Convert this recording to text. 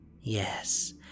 Yes